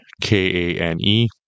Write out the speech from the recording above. K-A-N-E